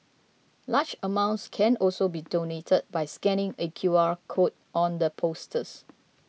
large amounts can also be donated by scanning a Q R code on the posters